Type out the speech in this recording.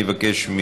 אני אבקש,